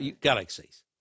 galaxies